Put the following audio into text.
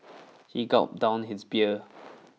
he gulped down his beer